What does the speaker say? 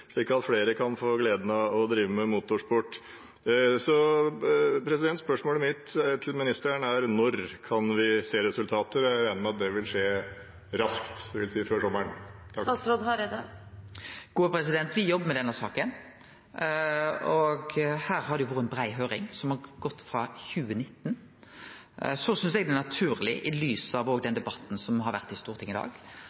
slik at flere kan få gleden av å drive med motorsport. Spørsmålet mitt til ministeren er: Når kan vi se resultater? Jeg regner med at det vil skje raskt, dvs. før sommeren. Me jobbar med denne saka. Det har vore ei brei høyring, som har gått frå 2019. Eg synest det er naturleg, òg i lys av den